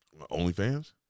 OnlyFans